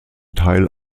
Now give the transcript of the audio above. teil